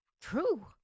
true